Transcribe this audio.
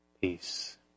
Peace